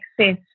access